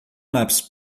nas